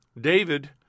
David